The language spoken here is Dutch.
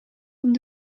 van